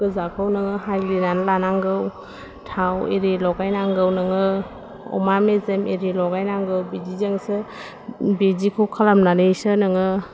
गोजाखौ नोङो हाग्लिनानै लानांगौ थाव एरि लगायनांगौ नोङो अमा मेजेम एरि लगायनांगौ बिदिजोंसो बिदिखौ खालामनानैसो नोङो